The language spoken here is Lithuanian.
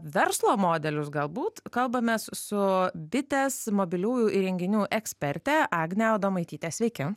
verslo modelius galbūt kalbamės su bitės mobiliųjų įrenginių ekspertė agne adomaityte sveiki